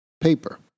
paper